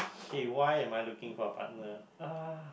okay why am I looking for a partner ah